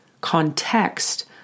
Context